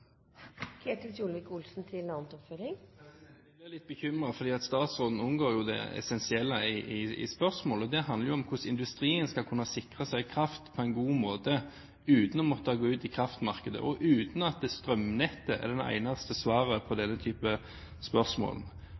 Jeg blir litt bekymret fordi statsråden unngår det essensielle i spørsmålet. Det handler om hvordan industrien skal kunne sikre seg kraft på en god måte uten å måtte gå ut i kraftmarkedet og uten at strømnettet er det eneste svaret på denne typen spørsmål.